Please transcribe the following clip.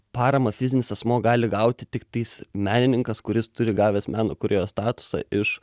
paramą fizinis asmuo gali gauti tiktais menininkas kuris turi gavęs meno kūrėjo statusą iš